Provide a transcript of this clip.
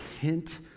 hint